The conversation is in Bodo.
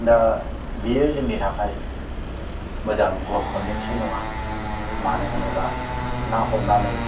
दा बेयो जोंनि थाखाय मोजां लख्ख'न निस्स'य नङा मानो होनोबा ना हमनानै